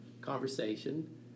conversation